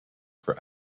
for